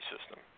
system